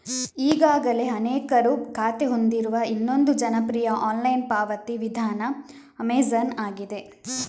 ಈಗಾಗಲೇ ಅನೇಕರು ಖಾತೆ ಹೊಂದಿರುವ ಇನ್ನೊಂದು ಜನಪ್ರಿಯ ಆನ್ಲೈನ್ ಪಾವತಿ ವಿಧಾನ ಅಮೆಜಾನ್ ಆಗಿದೆ